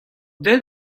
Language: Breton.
den